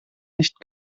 nicht